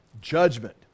judgment